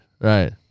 Right